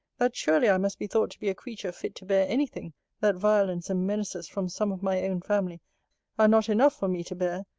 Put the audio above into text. that, surely, i must be thought to be a creature fit to bear any thing that violence and menaces from some of my own family are not enough for me to bear,